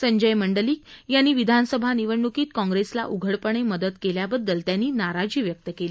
संजय मंडलिक यांनी विधानसभा निवडणुकीत काँग्रेसला उघडपणे मदत केल्याबददल त्यांनी नाराजी व्यक्त केली